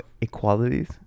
equalities